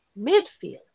midfield